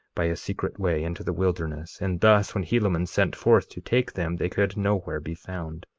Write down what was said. by a secret way, into the wilderness and thus when helaman sent forth to take them they could nowhere be found.